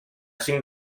cinc